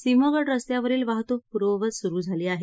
सिंहगड रस्त्यावरील वाहतूक पूर्ववत सुरु झाली आहे